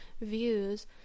views